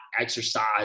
exercise